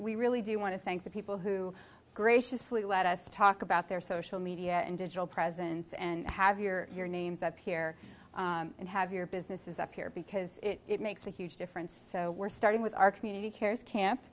we really do want to thank the people who graciously let us talk about their social media and digital presence and have your your names up here and have your business is up here because it makes a huge difference so we're starting with our community cares camp